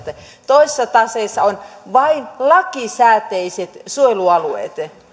toisessa taseessa ovat vain lakisääteiset suojelualueet